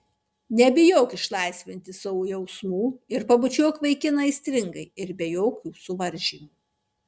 nebijok išlaisvinti savo jausmų ir pabučiuok vaikiną aistringai ir be jokių suvaržymų